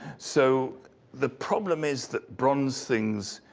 so the problem is that bronze things,